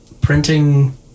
printing